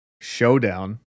showdown